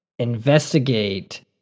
investigate